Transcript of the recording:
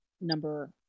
Number